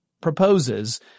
proposes